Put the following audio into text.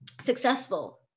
successful